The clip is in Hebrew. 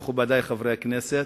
מכובדי חברי הכנסת,